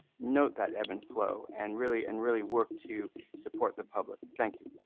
note that ebb and flow and really and really work to support the public. thank you.